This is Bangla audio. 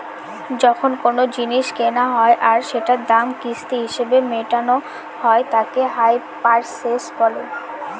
যখন কোনো জিনিস কেনা হয় আর সেটার দাম কিস্তি হিসেবে মেটানো হয় তাকে হাই পারচেস বলে